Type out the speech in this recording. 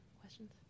questions